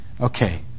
Okay